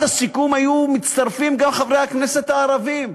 הסיכום היו מצטרפים גם חברי הכנסת הערבים.